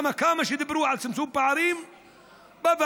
כמה שדיברו על צמצום פערים בוועדות,